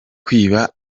kwiba